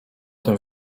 tym